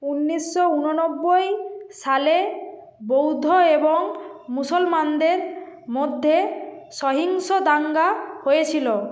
উন্নিশশো উননব্বই সালে বৌদ্ধ এবং মুসলমানদের মধ্যে সহিংস দাঙ্গা হয়েছিলো